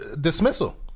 dismissal